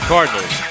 Cardinals